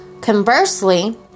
Conversely